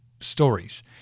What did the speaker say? stories